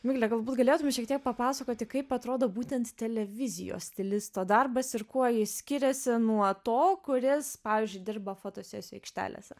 migle galbūt galėtum šiek tiek papasakoti kaip atrodo būtent televizijos stilisto darbas ir kuo ji skiriasi nuo to kuris pavyzdžiui dirba fotosesijų aikštelėse